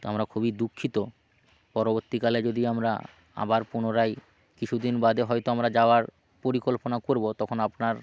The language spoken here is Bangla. তো আমরা খুবই দুঃখিত পরবর্তীকালে যদি আমরা আবার পুনরায় কিছু দিন বাদে হয়তো আমরা যাওয়ার পরিকল্পনা করব তখন আপনার